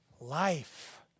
life